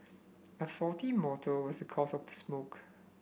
a faulty motor was the cause of the smoke